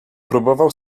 próbował